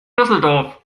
düsseldorf